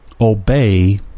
obey